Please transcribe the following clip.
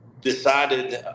decided